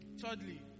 Thirdly